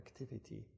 activity